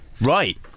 Right